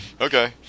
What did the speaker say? okay